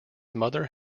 mother